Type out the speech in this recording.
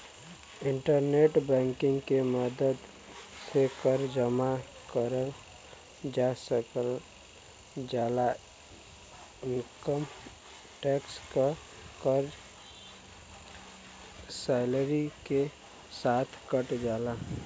internet banking के मदद से कर जमा करल जा सकल जाला इनकम टैक्स क कर सैलरी के साथ कट जाला